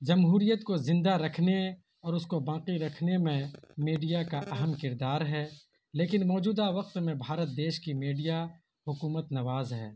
جمہوریت کو زندہ رکھنے اور اس کو باقی رکھنے میں میڈیا کا اہم کردار ہے لیکن موجودہ وقت میں بھارت دیش کی میڈیا حکومت نواز ہے